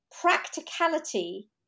practicality